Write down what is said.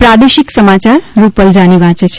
પ્રાદેશિક સમાચાર રૂપલ જાની વાંચે છે